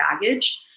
baggage